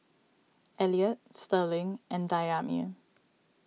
Elliot Sterling and Dayami